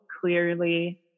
clearly